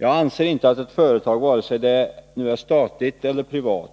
Jag anser inte att ett företag, vare sig det är statligt eller privat,